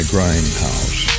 Grindhouse